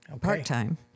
part-time